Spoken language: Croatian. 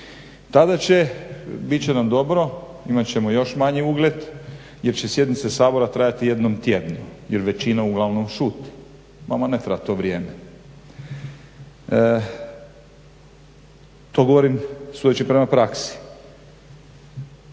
Tada će bit će nam dobro, imat ćemo još manji ugled jer će sjednice Sabora trajati jednom tjedno jer većina uglavnom šuti. Vama ne treba to vrijeme. To govorim sudeći prema praksi.